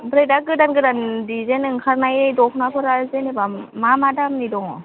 ओमफ्राय दा गोदान गोदान डिजाइन ओंखारनाय दखनाफोरा जेनेबा मा मा दामनि दङ